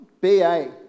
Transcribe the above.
BA